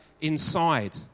inside